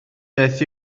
beth